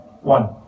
One